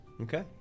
Okay